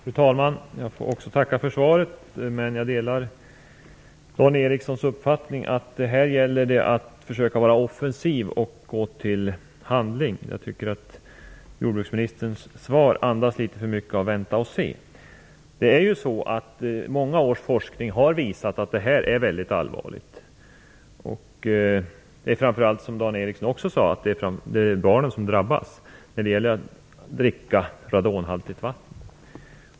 Fru talman! Jag får också tacka för svaret, men jag delar Dan Ericssons uppfattning att det här gäller att försöka vara offensiv och gå till handling. Jag tycker att jordbruksministerns svar litet för mycket andas "vänta och se". Många års forskning har visat att det här är väldigt allvarligt. Det är, som Dan Ericsson sade, framför allt barnen som drabbas av radonhaltigt vatten.